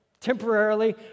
temporarily